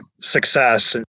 success